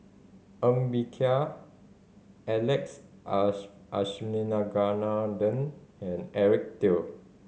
Ng Bee Kia Alex Abisheganaden and Eric Teo